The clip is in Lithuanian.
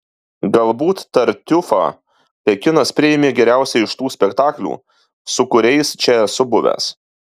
galbūt tartiufą pekinas priėmė geriausiai iš tų spektaklių su kuriais čia esu buvęs